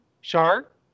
shark